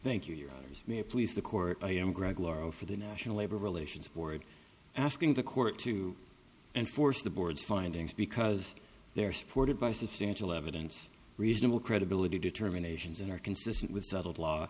thank you you may please the court i am greg laurel for the national labor relations board asking the court to enforce the board's findings because they're supported by substantial evidence reasonable credibility determinations and are consistent with settled law